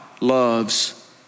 loves